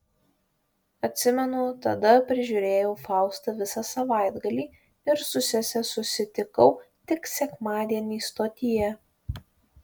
atsimenu tada prižiūrėjau faustą visą savaitgalį ir su sese susitikau tik sekmadienį stotyje